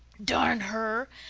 darn her,